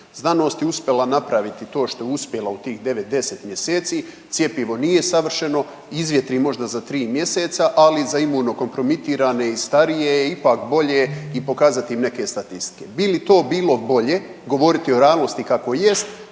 znanost je uspjela napraviti to što je uspjela u tih 9-10 mjeseci, cjepivo nije savršeno, izvjetri možda za 3 mjeseca, ali za imunokompromitirane i starije je ipak bolje i pokazati im neke statistike. Bi li to bilo bolje govoriti o realnosti kako jest